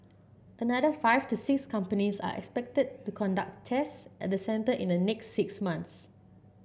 another five to six companies are expected to conduct tests at the centre in the next six months